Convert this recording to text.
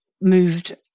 moved